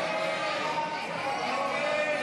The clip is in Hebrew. הודעת